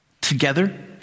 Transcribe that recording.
together